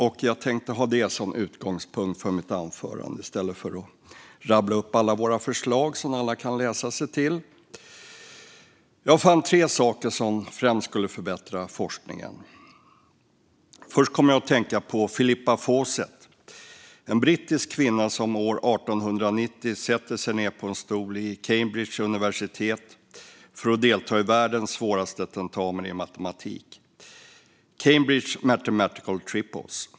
Detta tänkte jag ha som utgångspunkt för mitt anförande i stället för att rabbla upp våra förslag, som alla kan läsa sig till. Jag fann tre saker som främst skulle förbättra forskningen. Först kom jag att tänka på Philippa Fawcett, en brittisk kvinna som 1890 sätter sig ned på en stol på universitetet i Cambridge för att delta i världens svåraste tentamen i matematik, Cambridge Mathematical Tripos.